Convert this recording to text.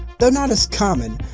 though not as common,